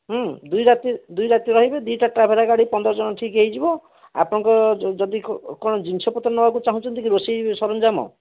ହୁଁ ଦୁଇ ରାତି ଦୁଇ ରାତି ରହିବେ ଦି'ଟା ଟ୍ରାଭେରା ଗାଡ଼ି ପନ୍ଦର ଜଣ ଠିକ୍ ହେଇଯିବ ଆପଣଙ୍କ ଯଦି କ'ଣ ଜିନିଷପତ୍ର ନେବାକୁ ଚାହୁଁଛନ୍ତି କି ରୋଷେଇ ସରଞ୍ଜାମ